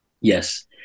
Yes